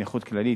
נכות כללית,